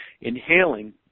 inhaling